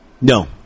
no